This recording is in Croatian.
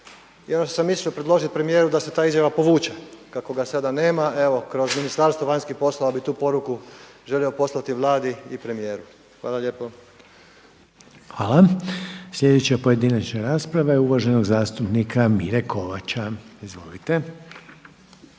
što sam mislio predložiti premijeru da se ta izjava povuče. Kako ga sada nema, evo kroz Ministarstvo vanjskih poslova bih tu poruku želio poslati Vladi i premijeru. Hvala lijepo. **Reiner, Željko (HDZ)** Hvala. Sljedeća pojedinačna rasprava je uvaženog zastupnika Mire Kovača. Izvolite.